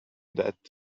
that